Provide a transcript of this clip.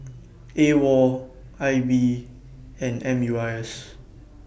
A WOL I B and M U I S